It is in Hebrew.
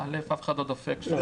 אף אחד לא דופק אותם.